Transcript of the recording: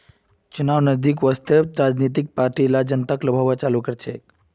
चुनाव नजदीक वस त राजनीतिक पार्टि ला जनताक लुभव्वा लाग छेक